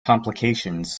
complications